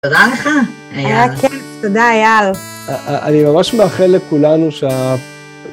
תודה לך. היה כיף, תודה אייל. אני ממש מאחל לכולנו שה...